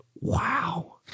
Wow